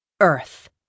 Earth